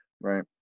Right